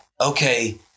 Okay